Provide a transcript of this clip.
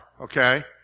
okay